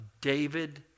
David